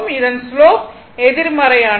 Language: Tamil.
இதன் ஸ்லோப் எதிர்மறையானது